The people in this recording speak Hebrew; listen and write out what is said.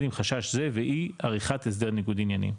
עם חשש זה והיא עריכת הסדר ניגוד עניינים".